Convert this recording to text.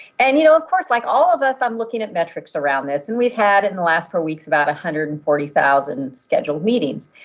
and you know of course, like all of us, i'm looking at metrics around this. and we've had in the last four weeks about one hundred and forty thousand scheduled meetings.